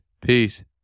Peace